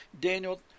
Daniel